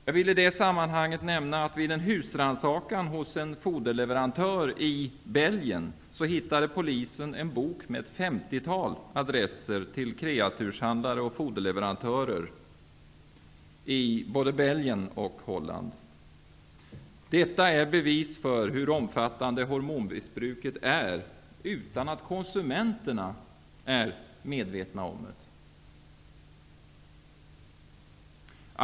Jag vill i det sammanhanget nämna att vid en husrannsakan hos en foderleverantör i Belgien hittade polisen en bok med ett 50-tal adresser till kreaturshandlare och foderleverantörer i både Belgien och Holland. Detta är bevis för hur omfattande hormonmissbruket är utan att konsumenterna är medvetna om det.